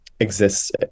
exists